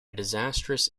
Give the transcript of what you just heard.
disastrous